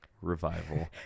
revival